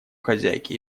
хозяйке